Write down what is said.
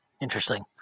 Interesting